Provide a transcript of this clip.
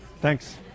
Thanks